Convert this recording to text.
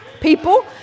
people